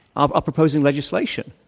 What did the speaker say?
um proposing legislation,